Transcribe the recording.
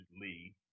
Lee